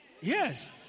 yes